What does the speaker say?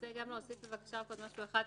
להוסיף עוד משהו אחד,